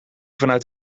vanuit